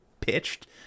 pitched